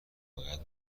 باید